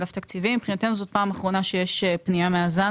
מבחינתנו זאת פעם אחרונה שיש פנייה מהזן